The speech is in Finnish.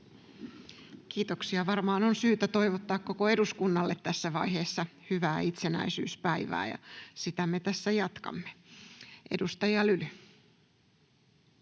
Kiitoksia. — Varmaan on syytä toivottaa koko eduskunnalle tässä vaiheessa hyvää itsenäisyyspäivää, ja sitä me tässä jatkamme. — Edustaja Lyly.